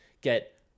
get